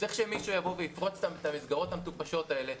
צריך שמישהו יבוא ויפרוץ את המסגרות המטופשות האלה,